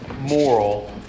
moral